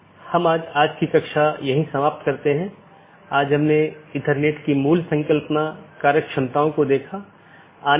इसलिए हम बाद के व्याख्यान में इस कंप्यूटर नेटवर्क और इंटरनेट प्रोटोकॉल पर अपनी चर्चा जारी रखेंगे